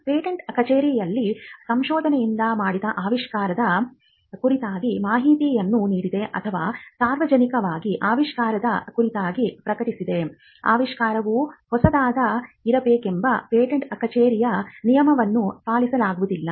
patent ಕಚೇರಿಯಲ್ಲಿ ಸಂಶೋಧನೆಯಿಂದ ಮಾಡಿದ ಆವಿಷ್ಕಾರದ ಕುರಿತಾಗಿ ಮಾಹಿತಿಯನ್ನು ನೀಡದೆ ಅಥವಾ ಸಾರ್ವಜನಿಕವಾಗಿ ಆವಿಷ್ಕಾರದ ಕುರಿತಾಗಿ ಪ್ರಕಟಿಸಿದರೆ ಆವಿಷ್ಕಾರವು ಹೊಸದಾಗಿ ಇರಬೇಕೆಂಬ ಪೇಟೆಂಟ್ ಕಚೇರಿಯ ನಿಯಮವನ್ನು ಪಾಲಿಸಲಾಗುವುದಿಲ್ಲ